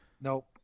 Nope